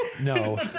No